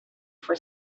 for